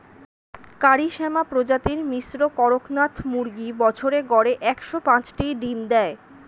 কারি শ্যামা প্রজাতির মিশ্র কড়কনাথ মুরগী বছরে গড়ে একশ পাঁচটি ডিম দেয়